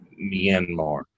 Myanmar